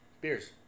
beers